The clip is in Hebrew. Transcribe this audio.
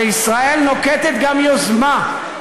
אבל ישראל נוקטת גם יוזמה,